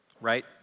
right